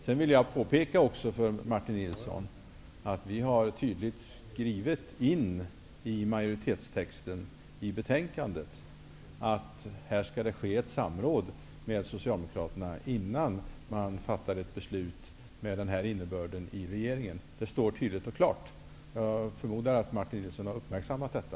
Jag vill också påpeka för Martin Nilsson att vi tydligt har skrivit in i majoritetstexten i betänkandet att det skall ske ett samråd med Socialdemokraterna innan man fattar ett beslut med denna innebörd i regeringen. Det står tydligt och klart. Jag förmodar att Martin Nilsson har uppmärksammat detta.